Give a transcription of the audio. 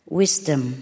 wisdom